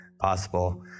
possible